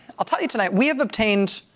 i'll tell you tonight we have obtained